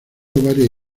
varias